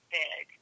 big